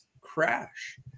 Crash